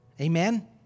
Amen